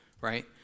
right